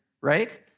right